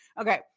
Okay